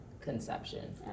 conception